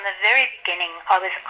ah very beginning, um i